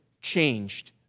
changed